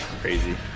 Crazy